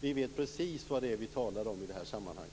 Vi vet precis vad vi talar om i sammanhanget.